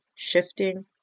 shifting